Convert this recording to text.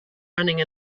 running